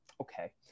okay